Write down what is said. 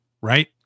Right